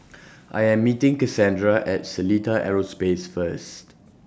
I Am meeting Kassandra At Seletar Aerospace First